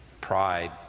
Pride